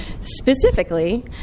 Specifically